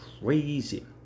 crazy